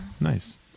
Nice